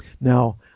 now